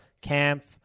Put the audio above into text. camp